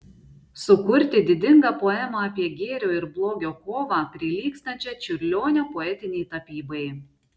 sukurti didingą poemą apie gėrio ir blogio kovą prilygstančią čiurlionio poetinei tapybai